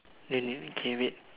then okay wait